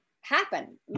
happen